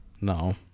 No